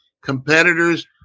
competitors